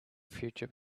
future